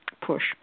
push